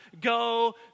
go